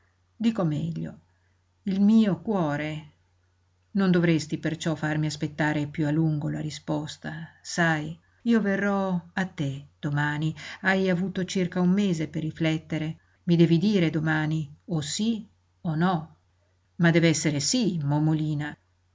dico meglio il mio cuore non dovresti perciò farmi aspettare piú a lungo la risposta sai io verrò a te domani hai avuto circa un mese per riflettere i devi dire domani o sí o no ma dev'essere sí momolina